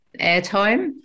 airtime